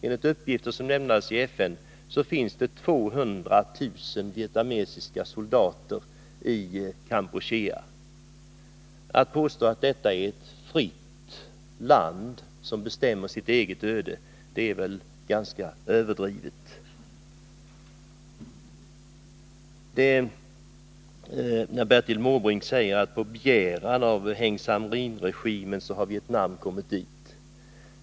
Enligt uppgifter som lämnades i FN finns det 200 000 vietnamesiska soldater i Kampuchea. Att påstå att detta är ett fritt land som bestämmer sitt eget öde är väl ganska överdrivet. Bertil Måbrink säger att det var på begäran av Heng Samrin-regimen som vietnamesiska trupper ryckte in i Kampuchea.